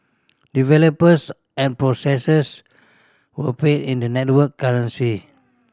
developers and processors were paid in the network currency